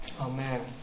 Amen